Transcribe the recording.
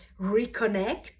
reconnect